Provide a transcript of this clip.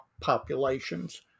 populations